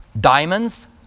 diamonds